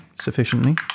sufficiently